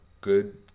good